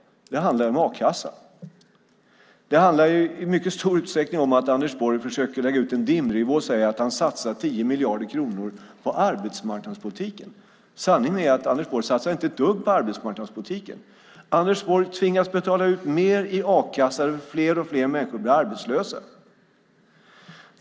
Det handlar om a-kassa. Det handlar i mycket stor utsträckning om att Anders Borg försöker lägga ut en dimridå och säga att han satsar 10 miljarder kronor på arbetsmarknadspolitik. Sanningen är att Anders Borg inte satsar ett dugg på arbetsmarknadspolitiken. Anders Borg tvingas betala ut mer i a-kassa när fler och fler människor blir arbetslösa.